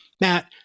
Matt